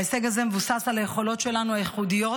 ההישג הזה מבוסס על היכולות הייחודיות